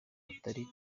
atari